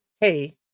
Hey